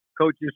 coaches